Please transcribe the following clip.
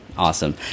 Awesome